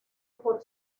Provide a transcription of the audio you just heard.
por